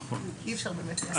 אי-אפשר באמת ליישם אותן.